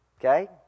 okay